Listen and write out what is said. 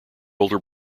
older